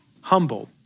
humble